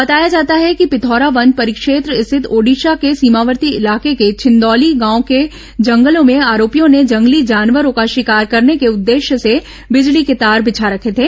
बताया जाता है कि पिथौरा वन परिक्षेत्र स्थित ओडिशा के सीमावर्ती इलाके के छिंदौली गांव के जंगलों में आरोपियों ने जंगली जानवरों का शिकार करने के उद्देश्य से बिजली के तार बिछा रखे थे